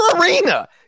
arena